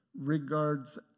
regards